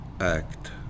act